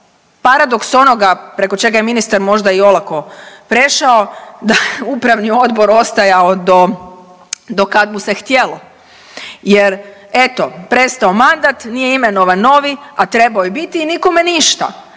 paradoks onoga preko čega je ministar možda i olako prešao da je upravni odbor ostajao do, do kad mu se htjelo jer eto prestao mandat, nije imenovan novi a trebao je biti i nikome ništa